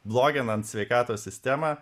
bloginant sveikatos sistemą